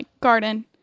garden